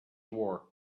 war